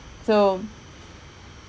so